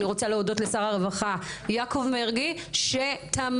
אני רוצה להודות לשר הרווחה יעקב מרגי שתמך